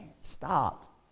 stop